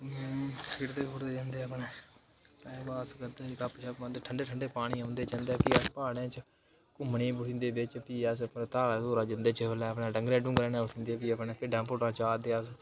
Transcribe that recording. खेड़दे खुड़दे जंदे अपनै टाइम पास करदे गप्प शप्प मारदे ठंडे ठंडे पानी औंदे जंदे फ्ही अस प्हाड़ें च घुमने ई चली जंदे बिच फ्ही अस धारा धूरां जंदे जिसलै अपनै डंगरें डुंगरें ने फ्ही अपने भिड्डां भुड्डां चारदे अस